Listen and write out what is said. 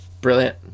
Brilliant